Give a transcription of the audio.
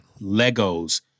Legos